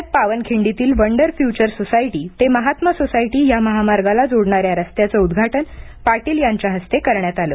पुण्यात पावनखिंडीतील wonder future society ते महात्मा सोसायटी ह्या महामार्गाला जोडणाऱ्या रस्त्याचे उद्घाटन पाटील यांच्या हस्ते करण्यात आले